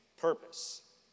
purpose